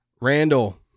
Randall